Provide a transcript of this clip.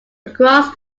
across